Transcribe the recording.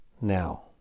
now